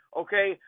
okay